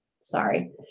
sorry